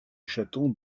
chatons